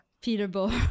Peterborough